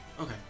Okay